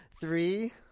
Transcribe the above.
Three